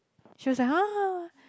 she was like !huh!